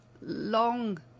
Long